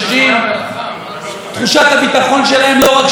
תחושת הביטחון שלהם לא רק שנפגעה,